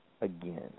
again